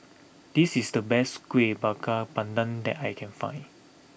this is the best Kueh Bakar Pandan that I can find